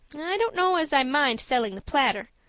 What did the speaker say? i don't know as i mind selling the platter.